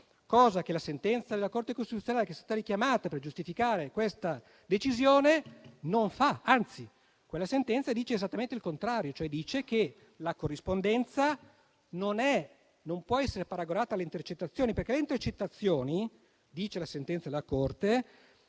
cosa che la sentenza della Corte costituzionale, che è stata richiamata per giustificare questa decisione, non fa, anzi, quella sentenza dice esattamente il contrario, cioè dice che la corrispondenza non è e non può essere paragonata alle intercettazioni. Infatti le intercettazioni, dice la sentenza della Corte,